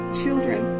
children